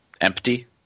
empty